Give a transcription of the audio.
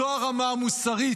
זו הרמה המוסרית